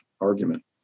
argument